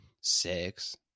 six